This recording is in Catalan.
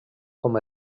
com